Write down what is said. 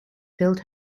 filled